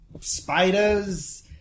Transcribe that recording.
spiders